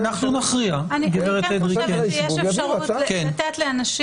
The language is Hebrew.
אני מחזק מאוד את דברי היושב-ראש,